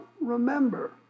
remember